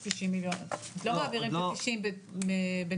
לא מעבירים את ה-90 בנפרד.